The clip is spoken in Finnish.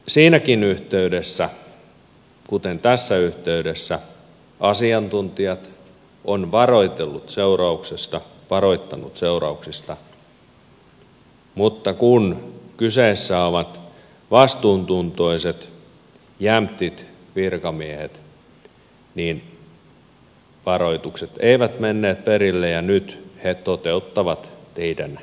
siinäkin yhteydessä kuten tässä yhteydessä asiantuntijat ovat varoittaneet seurauksista mutta kun kyseessä ovat vastuuntuntoiset jämptit virkamiehet niin varoitukset eivät menneet perille ja nyt he toteuttavat teidän määräyksiänne